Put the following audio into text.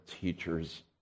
teachers